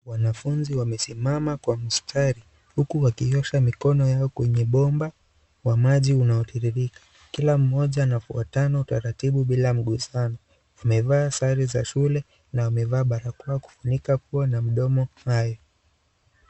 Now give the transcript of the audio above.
Wanafunzi wamesimama kwa mstari uku wakiosha mikono yao kwenye Bomba wa maji linaotiririka Kila moja wako watu watano taratibu bila mguzano . Wamevaa sare za shule na wamevaa barakoa kufunika pua na mdomo nayo